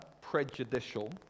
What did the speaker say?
prejudicial